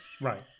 Right